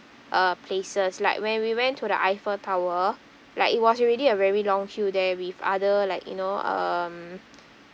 uh places like when we went to the eiffel tower like it was already a very long queue there with other like you know um